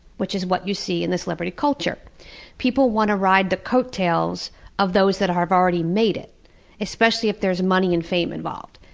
which is what you see in the celebrity culture people want to ride the coattails of those that have already made it especially if there's money and fame involved.